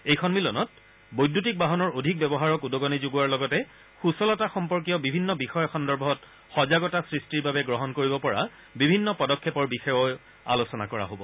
এই সম্মিলনত বৈদ্যুতিক বাহনৰ অধিক ব্যৱহাৰক উদগনি যোগোৱাৰ লগতে সূচলতা সম্পৰ্কীয় বিভিন্ন বিষয় সন্দৰ্ভত সজাগতা সৃষ্টিৰ বাবে গ্ৰহণ কৰিব পৰা বিভিন্ন পদক্ষেপৰ বিষয়েও আলোচনা কৰা হ'ব